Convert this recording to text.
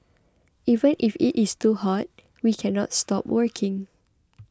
even if it is too hot we cannot stop working